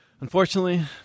unfortunately